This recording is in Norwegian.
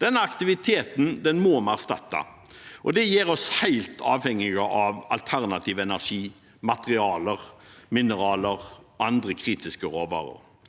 Den aktiviteten må vi erstatte, og det gjør oss helt avhengige av alternativ energi, materialer, mineraler og andre kritiske råvarer.